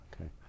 Okay